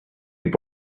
have